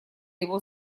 его